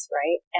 right